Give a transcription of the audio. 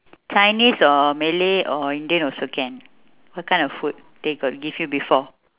chinese or malay or indian also can what kind of food they got give you before